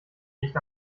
nicht